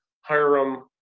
Hiram